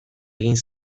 egin